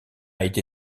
été